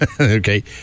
Okay